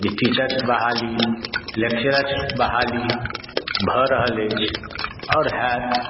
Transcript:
जे टीचर्स बहाली लेक्चरर्स बहाली भऽ रहल अछि आओर हैत